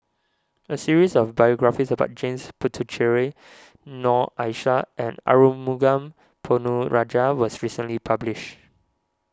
a series of biographies about James Puthucheary Noor Aishah and Arumugam Ponnu Rajah was recently published